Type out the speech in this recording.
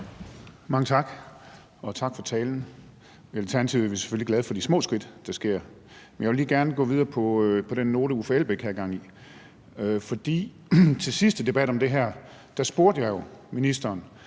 Mange tak. Og tak for talen. I Alternativet er vi selvfølgelig glade for de små skridt, der sker, men jeg vil gerne lige gå videre på den note, Uffe Elbæk havde gang i. Ved den sidste debat om det her opfordrede jeg jo ministeren